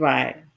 Right